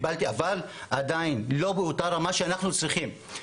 אבל עדיין לא באותה רמה שאנחנו צריכים.